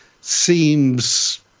seems